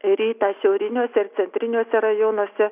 rytą šiauriniuose ir centriniuose rajonuose